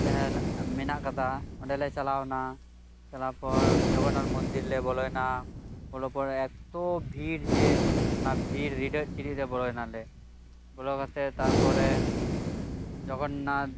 ᱛᱟᱦᱮᱸ ᱢᱮᱱᱟᱜ ᱠᱟᱫᱟ ᱚᱸᱰᱮᱞᱮ ᱪᱟᱞᱟᱣ ᱱᱟ ᱪᱟᱞᱟᱣ ᱯᱚᱨ ᱡᱚᱜᱚᱱᱱᱟᱛᱷ ᱢᱚᱱᱫᱤᱨ ᱞᱮ ᱵᱚᱞᱚᱭᱱᱟ ᱵᱚᱞᱚ ᱯᱚᱨᱮ ᱮᱛᱚ ᱵᱷᱤᱲ ᱡᱮ ᱚᱱᱟ ᱵᱷᱤᱲ ᱨᱮᱰᱮᱫ ᱯᱮᱰᱮᱫ ᱞᱮ ᱵᱚᱞᱚᱭ ᱱᱟᱞᱮ ᱵᱚᱞᱚ ᱠᱟᱛᱮᱜ ᱛᱟᱨᱯᱚᱨᱮ ᱡᱚᱜᱚᱱᱱᱟᱛᱷ